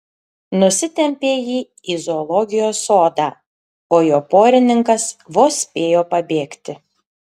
nusitempė jį į zoologijos sodą o jo porininkas vos spėjo pabėgti